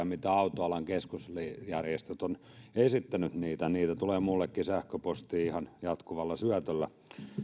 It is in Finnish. mitä autoalan keskusjärjestöt ovat esittäneet niitä niitä tulee minullekin sähköpostiin ihan jatkuvalla syötöllä